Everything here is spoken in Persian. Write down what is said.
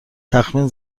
تخمین